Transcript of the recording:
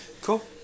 Cool